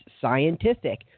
scientific